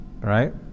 Right